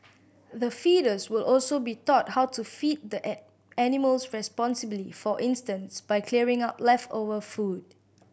the feeders will also be taught how to feed the animals responsibly for instance by clearing up leftover food